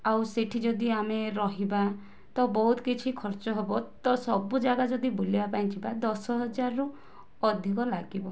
ଆଉ ସେଠି ଯଦି ଆମେ ରହିବା ତ ବହୁତ କିଛି ଖର୍ଚ୍ଚ ହେବ ତ ସବୁଜାଗା ଯଦି ବୁଲିବାକୁ ଯିବା ତ ଦଶହଜାରରୁ ଅଧିକ ଲାଗିବ